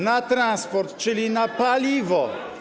na transport, czyli na paliwo.